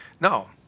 No